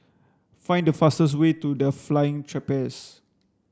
find the fastest way to The Flying Trapeze